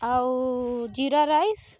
ଆଉ ଜିରା ରାଇସ